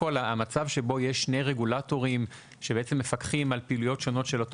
שבו יש שני רגולטורים שמפקחים על פעילויות שונות של אותו